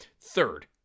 third